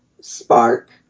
spark